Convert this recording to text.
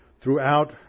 throughout